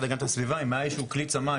להגנת הסביבה אם היה איזשהו כלי צמ"ה,